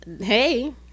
Hey